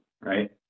right